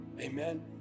Amen